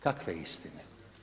Kakve istine?